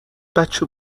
بچه